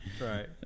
Right